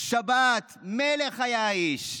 שבת, מלך היה האיש.